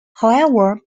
however